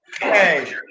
Hey